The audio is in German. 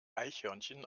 eichhörnchen